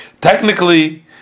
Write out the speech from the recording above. technically